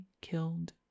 killed